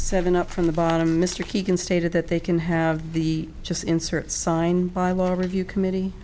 seven up from the bottom mr keegan stated that they can have the just insert signed by law review committee